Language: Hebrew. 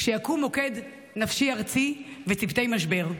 כשיקום מוקד נפשי ארצי וצוותי משבר.